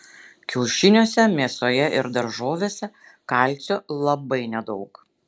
kiaušiniuose mėsoje ir daržovėse kalcio labai nedaug